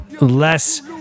less